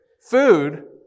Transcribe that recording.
food